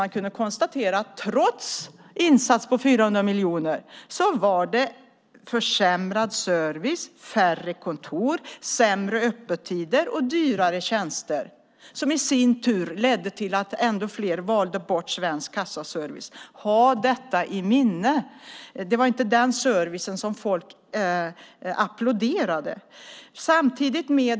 Man kunde konstatera att det trots insatser på 400 miljoner var försämrad service, färre kontor, sämre öppettider och dyrare tjänster, vilket i sin tur ledde till att ännu fler valde bort Svensk Kassaservice. Ha detta i minnet! Det var inte den servicen som folk applåderade.